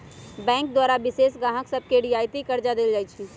bank द्वारा विशेष गाहक सभके रियायती करजा देल जाइ छइ